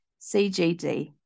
CGD